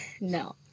No